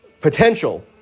potential